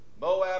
Moab